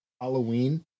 Halloween